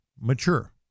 mature